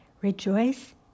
Rejoice